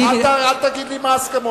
אל תגיד לי מה ההסכמות.